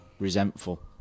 Resentful